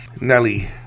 Nelly